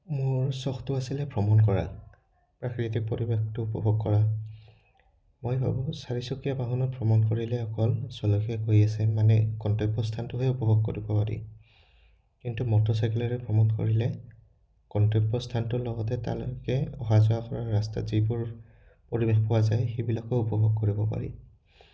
মোৰ চখটো আছিলে ভ্ৰমণ কৰা প্ৰাকৃতিক পৰিৱেশটো উপভোগ কৰা মই ভাবোঁ চাৰিচকীয়া বাহনত ভ্ৰমণ কৰিলে অকল চালকে গৈ আছে মানে গন্তব্য স্থানটোহে উপভোগ কৰিব পাৰি কিন্তু মটৰচাইকলেৰে ভ্ৰমণ কৰিলে গন্তব্য স্থানটোৰ লগতে তালৈকে অহা যোৱা কৰা ৰাস্তা যিবোৰ পৰিৱেশ পোৱা যায় সেইবিলাকো উপভোগ কৰিব পাৰি